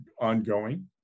ongoing